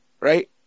right